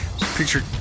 Picture